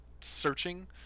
searching